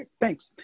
Thanks